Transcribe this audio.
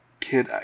kid